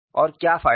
और क्या फायदा